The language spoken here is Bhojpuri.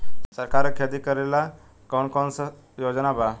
सरकार के खेती करेला कौन कौनसा योजना बा?